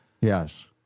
yes